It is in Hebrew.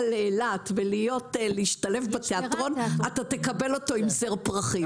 לאילת ולהשתלב בתיאטרון אתה תקבל אותו עם זר פרחים.